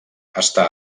està